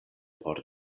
por